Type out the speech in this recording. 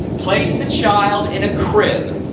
place the child in a crib,